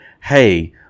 hey